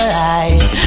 right